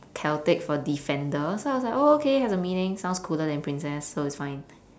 celtic for defender so I was like oh okay has a meaning sounds cooler than princess so it's fine